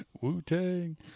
Wu-Tang